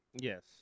Yes